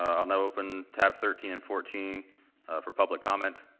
ah i'll now open tab thirteen and fourteen for public comment.